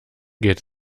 geht